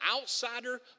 outsider